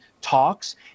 talks